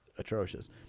atrocious